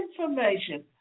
information